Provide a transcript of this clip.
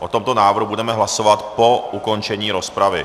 O tomto návrhu budeme hlasovat po ukončení rozpravy.